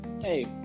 Hey